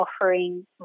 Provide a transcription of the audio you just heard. offering